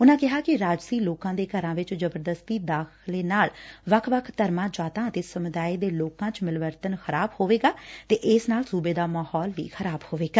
ਉਨੂਾ ਕਿਹਾ ਕਿ ਰਾਜਸੀ ਲੋਕਾ ਦੇ ਘਰਾ ਚ ਜਬਰਦਸਤੀ ਦਾਖਲੇ ਨਾਲ ਵੱਖ ਵੱਖ ਧਰਮਾਂ ਜਾਤਾਂ ਅਤੇ ਨਮੁਦਾਇ ਦੇ ਲੋਕਾਂ ਚ ਮਿਲਵਰਤਨ ਖ਼ਰਾਬ ਹੋਏਗਾ ਤੇ ਇਸ ਨਾਲ ਸੂਬੇ ਦਾ ਮਾਹੌਲ ਖਰਾਬ ਹੋਵੇਗਾ